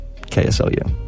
KSLU